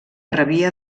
rebia